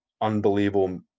unbelievable